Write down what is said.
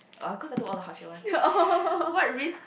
oh cause I took all the harsher ones what risks